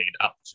up